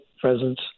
presence